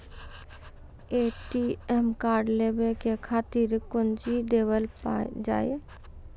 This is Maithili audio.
ए.टी.एम कार्ड लेवे के खातिर कौंची देवल जाए?